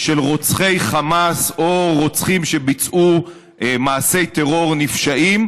של רוצחי חמאס או רוצחים שביצעו מעשי טרור נפשעים,